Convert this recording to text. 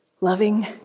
Loving